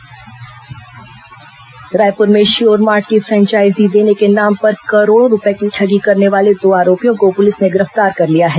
ठगी रायपुर में sure mart की फ्रेचाइजी देने के नाम पर करोड़ों रूपये की ठगी करने वाले दो आरोपियों को पुलिस ने गिरफ्तार कर लिया है